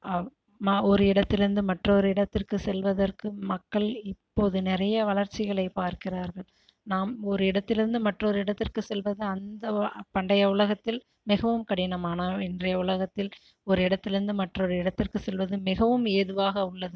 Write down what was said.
ம ஒரு இடத்திலிருந்து மற்றொரு இடத்திற்கு செல்வதற்கு மக்கள் இப்போது நிறைய வளர்ச்சிகளை பார்க்கிறார்கள் நாம் ஒரு இடத்திலிருந்து மற்றொரு இடத்திற்கு செல்வது அந்த ஒ பண்டைய உலகத்தில் மிகவும் கடினமான இன்றைய உலகத்தில் ஒரு இடத்திலிருந்து மற்றொரு இடத்திற்கு செல்வது மிகவும் ஏதுவாக உள்ளது